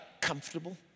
comfortable